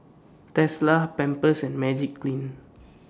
Tesla Pampers and Magiclean